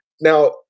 Now